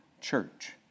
church